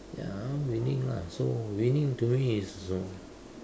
ya winning lah so winning to me is